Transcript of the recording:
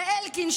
ואלקין,